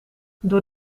door